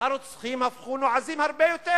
הרוצחים הפכו נועזים הרבה יותר.